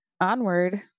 Onward